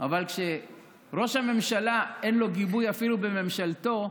אבל כשלראש הממשלה אין גיבוי אפילו בממשלתו,